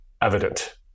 evident